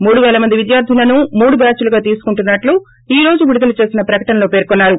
మూడు పేల మంది విద్యార్లులను మూడు బ్యాచ్ లుగా తీసుకుంటున్నట్టు ఈ రోజు విడుదల చేసిన ప్రకటన లో పర్కొన్నారు